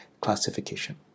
Classification